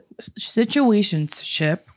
situationship